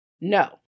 No